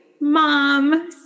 mom